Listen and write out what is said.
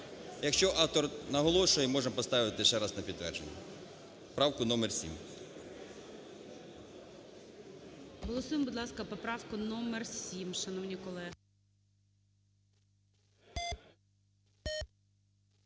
Якщо автор наголошує, можемо поставити ще раз на підтвердження правку номер 7. ГОЛОВУЮЧИЙ. Голосуємо, будь ласка, поправку номер 7, шановні колеги.